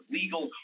legal